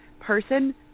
person